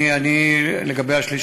לגבי השליש,